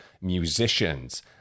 musicians